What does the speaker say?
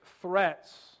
threats